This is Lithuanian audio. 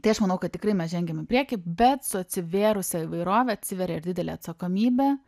tai aš manau kad tikrai mes žengiam į priekį bet su atsivėrusia įvairove atsiveria ir didelė atsakomybė